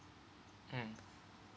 mm